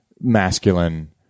masculine